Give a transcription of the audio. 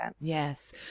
Yes